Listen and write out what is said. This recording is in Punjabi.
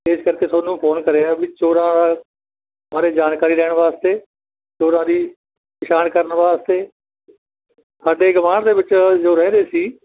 ਇਸ ਕਰਕੇ ਤੁਹਾਨੂੰ ਫੋਨ ਕਰਿਆ ਵੀ ਚੋਰਾਂ ਬਾਰੇ ਜਾਣਕਾਰੀ ਲੈਣ ਵਾਸਤੇ ਚੋਰਾਂ ਦੀ ਪਹਿਚਾਣ ਕਰਨ ਵਾਸਤੇ ਸਾਡੇ ਗੁਆਂਢ ਦੇ ਵਿੱਚ ਜੋ ਰਹਿ ਰਹੇ ਸੀ